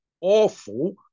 awful